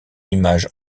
image